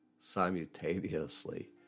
simultaneously